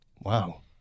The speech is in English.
Wow